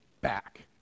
back